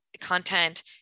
content